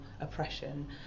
oppression